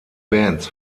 bands